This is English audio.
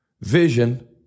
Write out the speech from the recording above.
Vision